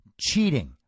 cheating